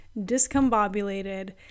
discombobulated